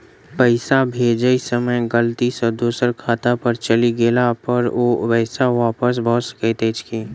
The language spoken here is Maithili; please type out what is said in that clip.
पैसा भेजय समय गलती सँ दोसर खाता पर चलि गेला पर ओ पैसा वापस भऽ सकैत अछि की?